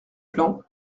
plan